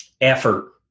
effort